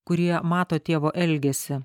kurie mato tėvo elgesį